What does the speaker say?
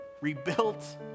rebuilt